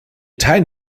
teilen